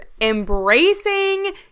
embracing